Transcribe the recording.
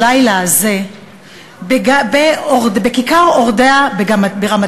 הם העבירו את הלילה הזה בכיכר אורדע ברמת-גן.